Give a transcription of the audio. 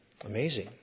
Amazing